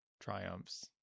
triumphs